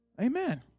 Amen